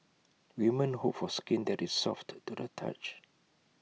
women hope for skin that is soft to the touch